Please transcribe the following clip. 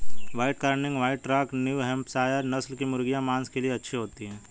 white Cornish, White Rock, New Hampshire नस्ल की मुर्गियाँ माँस के लिए अच्छी होती हैं